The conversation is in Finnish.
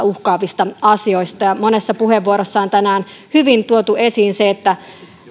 uhkaavista asioista monessa puheenvuorossa on tänään hyvin tuotu esiin se että